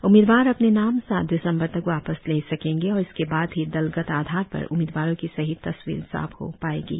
उम्मीदवार अपने नाम सात दिसंबर तक वापस ले सकेंगे और इसके बाद ही दलगत आधार पर उम्मीदवारों की सही तस्वीर साफ हो पाएंगी